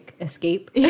escape